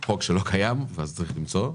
חוק שלא קיים ואז צריך למצוא,